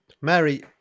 Mary